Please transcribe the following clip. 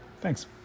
Thanks